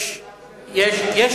איך אתה מפריד בין זב למצורע?